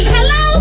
Hello